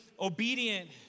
obedient